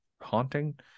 haunting